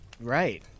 right